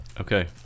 Okay